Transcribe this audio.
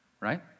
right